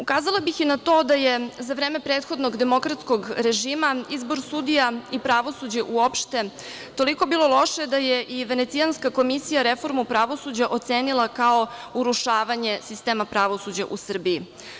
Ukazala bih i na to da je za vreme prethodnog demokratskog režima izbor sudija i pravosuđe uopšte toliko bilo loše da je Venecijanska komisija reformu pravosuđa ocenila kao urušavanje sistema pravosuđa u Srbiji.